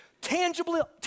Tangible